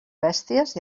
bèsties